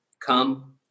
come